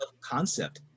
concept